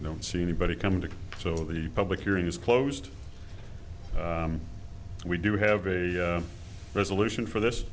i don't see anybody coming to so the public hearing is closed we do have a resolution for this